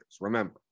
Remember